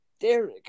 Derek